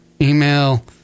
email